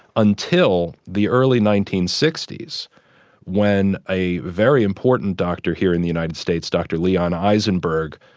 until the early nineteen sixty s when a very important doctor here in the united states, dr leon eisenberg,